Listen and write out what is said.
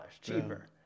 cheaper